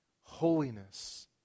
holiness